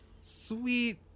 sweet